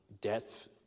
death